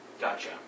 Gotcha